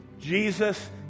Jesus